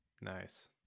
nice